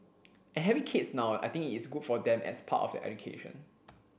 and having kids now I think it is good for them as part of their education